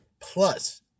plus